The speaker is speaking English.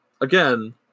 again